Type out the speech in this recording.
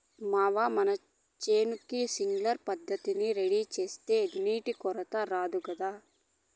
మావా మన చేనుకి సింక్లర్ పద్ధతిల నీరెడితే నీటి కొరత రాదు గదా